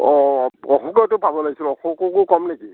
অঁ অঁ অশোকেটো পাব লাগিছিল অশোককো কম নেকি